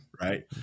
right